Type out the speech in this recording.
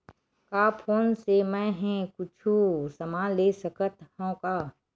का फोन से मै हे कुछु समान ले सकत हाव का?